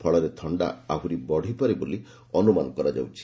ଫଳରେ ଥଣ୍ଡା ଆହୁରି ବଢ଼ିପାରେ ବୋଲି ଅନୁମାନ କରାଯାଉଛି